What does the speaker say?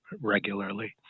regularly